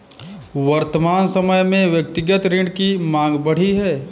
वर्तमान समय में व्यक्तिगत ऋण की माँग बढ़ी है